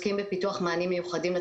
בתוך שתי המילים האלה מכונסים מספר גדול